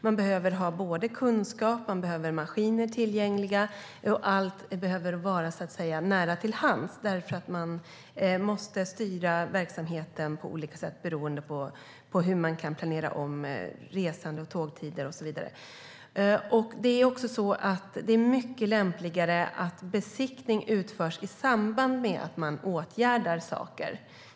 Man behöver ha både kunskap och maskiner tillgängliga. Allt behöver vara nära till hands, för man måste styra verksamheten på olika sätt beroende på hur man kan planera om resande, tågtider och så vidare. Det är också mycket lämpligare att besiktning utförs i samband med att man åtgärdar saker.